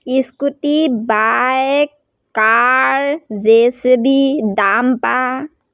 scooty bike car JCB dumper